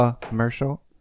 commercial